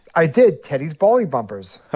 i did, teddy's ballie bumpers